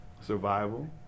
survival